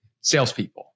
salespeople